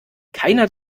keiner